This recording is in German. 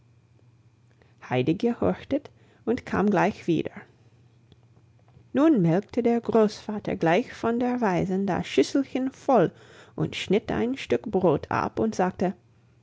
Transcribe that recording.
heidi gehorchte und kam gleich wieder nun melkte der großvater gleich von der weißen das schüsselchen voll und schnitt ein stück brot ab und sagte